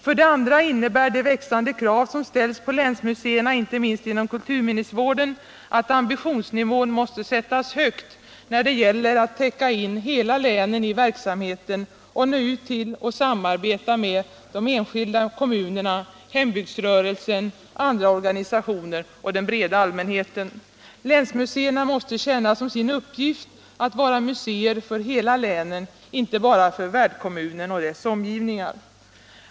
För det andra innebär de växande krav som ställs på länsmuseerna, inte minst inom kulturminnesvården, att ambitionsnivån måste sättas högt när det gäller att täcka in hela länen i verksamheten och nå ut till och samarbeta med de enskilda kommunerna, hembygdsrörelsen, andra organisationer och den breda allmänheten. Länsmuseerna måste känna som sin uppgift att vara museer för hela länen, inte bara för värdkommunen och dess omgivningar.